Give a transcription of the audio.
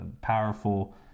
powerful